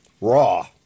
raw